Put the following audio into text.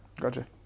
Gotcha